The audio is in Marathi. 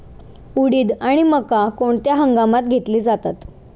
उडीद आणि मका कोणत्या हंगामात घेतले जातात?